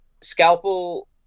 Scalpel